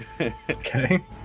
Okay